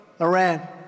Iran